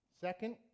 Second